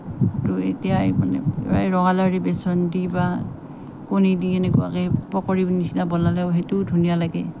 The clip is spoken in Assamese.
তো এতিয়া মানে ৰঙালাওৰে বেচন দি বা কণী দি এনেকুৱাকৈ পকৰিৰ নিচিনা বনালেও সেইটোও ধুনীয়া লাগে